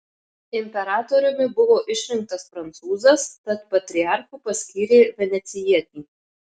imperatoriumi buvo išrinktas prancūzas tad patriarchu paskyrė venecijietį